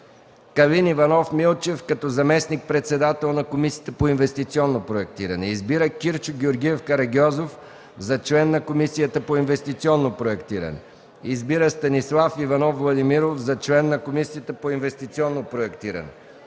Калин Иванов Милчев за заместник-председател на Комисията по инвестиционно проектиране. 5. Избира Кирчо Георгиев Карагьозов за член на Комисията по инвестиционно проектиране. 6. Избира Станислав Иванов Владимиров за член на Комисията по инвестиционно проектиране.